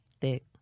Thick